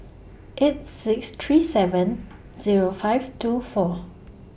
eight six three seven Zero five two four